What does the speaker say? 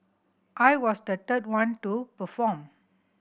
I was the third one to perform